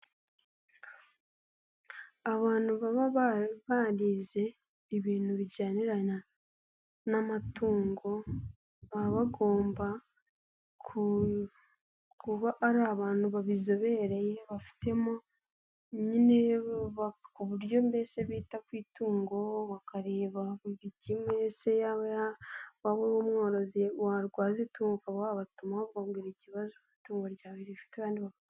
Abantu baba barize ibintu bijyaniranya n'amatungo baba bagomba ku kuba ari abantu babizobereye bafitemo nyine ku buryo mbese bita ku itungo bakareba buri kimwe se yaba waba uri umworozi warwaza itungo ukaba wabatumaho ukababwira ikibazo itungo ryawe rifite.